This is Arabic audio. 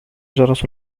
جرس